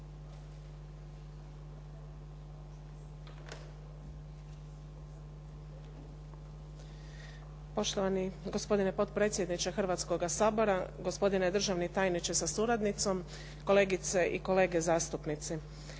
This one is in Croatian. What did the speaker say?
Poštovani gospodine potpredsjedniče Hrvatskoga sabora, gospodine državni tajniče sa suradnicom, kolegice i kolege zastupnici.